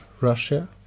Russia